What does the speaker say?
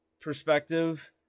perspective